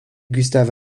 gustave